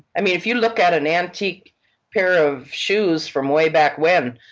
i mean if you look at an antique pair of shoes from way back when,